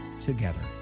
together